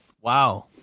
Wow